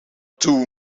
two